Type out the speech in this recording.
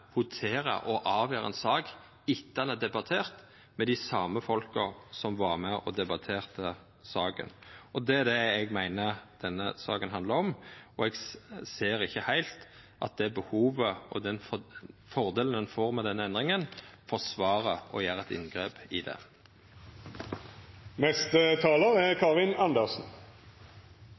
votera og avgjera ei sak etter at ho er debattert, med dei same folka som var med på å debattera saka? Det er det eg meiner denne saka handlar om. Eg ser ikkje heilt at det behovet og den fordelen ein får med denne endringa, forsvarar å gjera eit inngrep i det. Jeg er